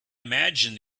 imagine